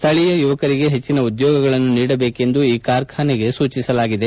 ಸ್ಥಳೀಯ ಯುವಕರಿಗೆ ಹೆಚ್ಚನ ಉದ್ಯೋಗಗಳನ್ನು ನೀಡಬೇಕೆಂದು ಈ ಕಾರ್ಖಾನೆಗೆ ಸೂಚಿಸಲಾಗಿದೆ